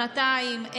שנתיים,